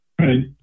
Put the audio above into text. Right